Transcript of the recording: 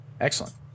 Excellent